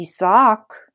Isaac